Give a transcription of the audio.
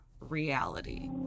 reality